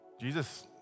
Jesus